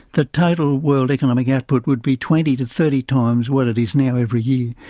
the total world economic output would be twenty to thirty times what it is now every year.